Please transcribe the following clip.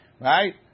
Right